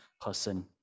person